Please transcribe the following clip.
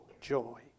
joy